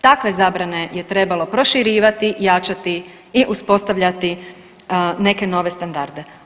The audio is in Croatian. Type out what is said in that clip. Takve zabrane je trebalo proširivati, jačati i uspostavljati neke nove standarde.